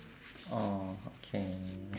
!aww! okay